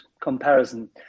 comparison